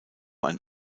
ein